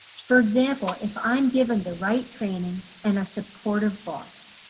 for example, if i'm given the right training and a supportive boss.